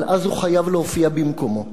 אבל אז הוא חייב להופיע במקומו.